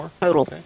Total